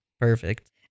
Perfect